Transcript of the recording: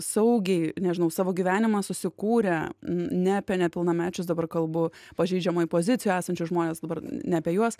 saugiai nežinau savo gyvenimą susikūrę ne apie nepilnamečius dabar kalbu pažeidžiamoj pozicijoj esančius žmones dabar ne apie juos